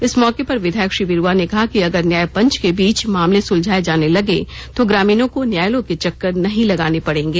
इस मौके पर विधायक श्री बिरूआ ने कहा की अगर न्यायपंच के बीच मामले सुलझाये जाने लगे तो ग्रामीणों को न्यायालयों के चक्कर नहीं लगाने पड़ेंगे